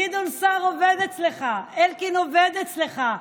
גדעון סער עובד אצלך, אלקין עובד אצלך.